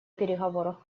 переговоров